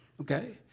Okay